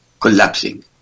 collapsing